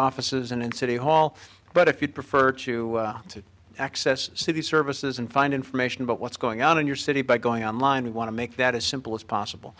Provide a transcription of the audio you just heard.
offices and in city hall but if you'd prefer to to access city services and find information about what's going on in your city by going on line we want to make that as simple as possible